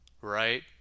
right